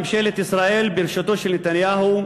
ממשלת ישראל בראשותו של נתניהו,